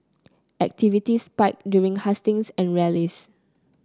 activity spiked during hustings and rallies